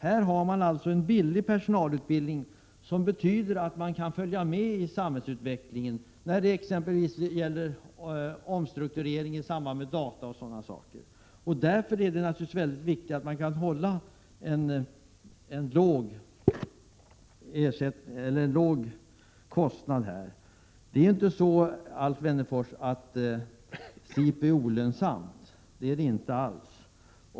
SIPU har en billig personalutbildning, som gör att små myndigheter kan följa med i samhällsutvecklingen vad gäller omstrukturering i samband med data osv. Därför är det givetvis viktigt att hålla en låg kostnadsnivå. Det är inte så, Alf Wennerfors, att SIPU är olönsamt — inte alls.